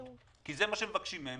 כי זה מה מבקשים מהם,